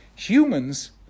Humans